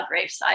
gravesite